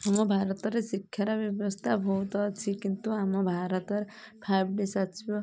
ଆମ ଭାରତରେ ଶିକ୍ଷାର ବ୍ୟବସ୍ଥା ବହୁତ ଅଛି କିନ୍ତୁ ଆମ ଭାରତ ଫାଇଭ୍ ଟି ସଚିବ